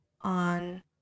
on